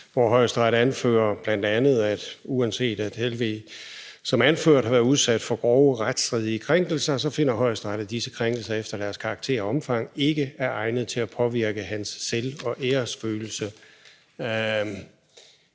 hvor Højesteret bl.a. anfører, at uanset at Morten Helveg Petersen som anført har været udsat for grove retsstridige krænkelse, så finder Højesteret, at disse krænkelser efter deres karakter og omfang ikke er egnet til at påvirke hans selv- og æresfølelse.